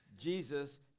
Jesus